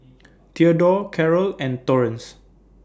Thedore Carol and Torrence